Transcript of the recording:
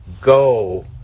go